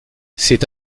c’est